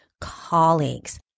colleagues